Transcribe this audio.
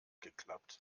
geklappt